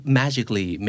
magically